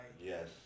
Yes